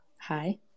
hi